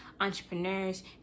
entrepreneurs